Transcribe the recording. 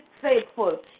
faithful